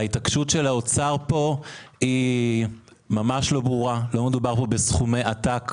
ההתעקשות של האוצר פה היא ממש לא ברורה; לא מדובר פה בסכומי עתק,